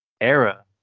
era